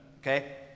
okay